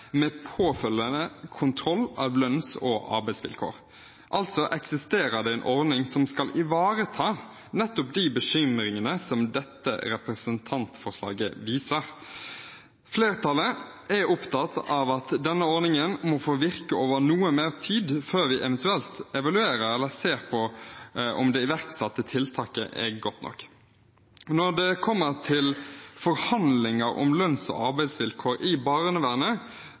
med påfølgende kontroll av lønns- og arbeidsvilkår. Altså eksisterer det en ordning som skal ivareta nettopp de bekymringene som dette representantforslaget viser til. Flertallet er opptatt av at denne ordningen må få virke over noe mer tid før vi eventuelt evaluerer eller ser på om det iverksatte tiltaket er godt nok. Når det kommer til forhandlinger om lønns- og arbeidsvilkår i barnevernet,